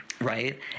Right